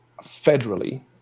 federally